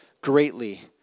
greatly